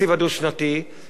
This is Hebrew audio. שהדבר היחיד שהוא עשה,